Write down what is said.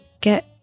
get